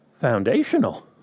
foundational